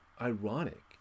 ironic